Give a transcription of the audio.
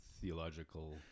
theological